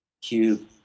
Cube